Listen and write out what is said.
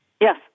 Yes